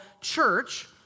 church